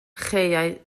chaeau